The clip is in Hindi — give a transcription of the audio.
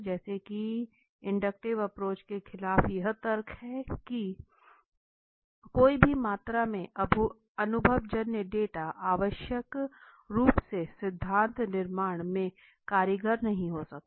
जैसे की इंडक्टिव एप्रोच के खिलाफ यह तर्क है की कोई भी मात्रा में अनुभवजन्य डेटा आवश्यक रूप से सिद्धांत निर्माण में कारीगर नहीं हो सकता